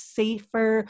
safer